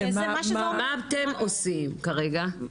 מה אתם עושים כרגע?